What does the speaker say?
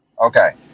Okay